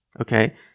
okay